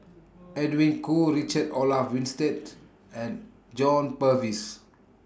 Edwin Koo Richard Olaf Winstedt and John Purvis